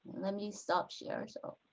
let me stop share. so